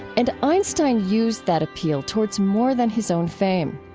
and einstein used that appeal towards more than his own fame.